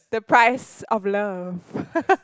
the price of love